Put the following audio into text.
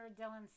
Dylan